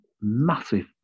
massive